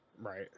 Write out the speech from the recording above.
Right